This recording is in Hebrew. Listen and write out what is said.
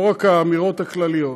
לא רק האמירות הכלליות.